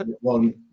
One